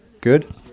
Good